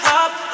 up